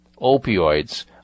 opioids